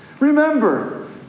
Remember